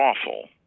awful